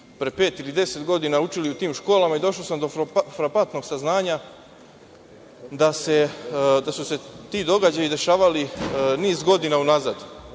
pre pet ili 10 godina učili u tim škola i došao sam do frapanmtnog saznanja da su se ti događaji dešavali niz godina unazad.